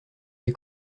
des